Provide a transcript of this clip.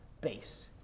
base